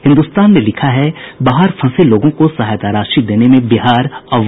हिन्दुस्तान ने लिखा है बाहर फंसे लोगों को सहायता राशि देने में बिहार अव्वल